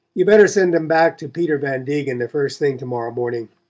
you better send em back to peter van degen the first thing to-morrow morning,